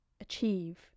achieve